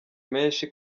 menshi